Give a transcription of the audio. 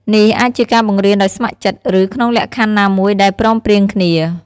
នេះអាចជាការបង្រៀនដោយស្ម័គ្រចិត្ត ឬក្នុងលក្ខខណ្ឌណាមួយដែលព្រមព្រៀងគ្នា។